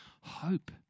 hope